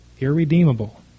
irredeemable